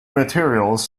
materials